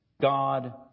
God